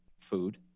food